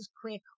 quick